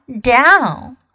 down